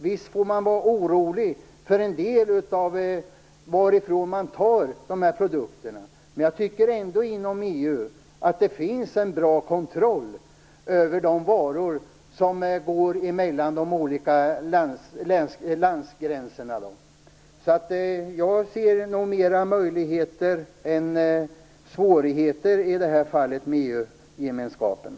Visst får man vara orolig för en del produkter, beroende på varifrån de kommer. Jag tycker ändå att det inom EU sker en bra kontroll av de varor som passerar de olika landgränserna, så jag ser nog i det här fallet mer möjligheter än svårigheter med EU-medlemskapet.